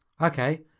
Okay